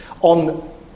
on